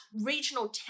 regional